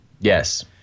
Yes